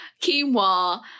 quinoa